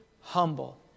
humble